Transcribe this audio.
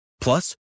Plus